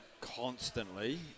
constantly